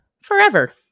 forever